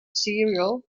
serial